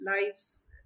lives